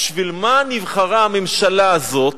בשביל מה נבחרה הממשלה הזאת